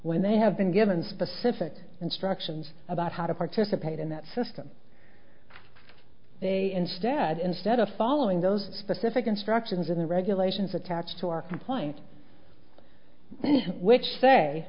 when they have been given specific instructions about how to participate in that system they instead instead of following those specific instructions in the regulations attached to our compliance which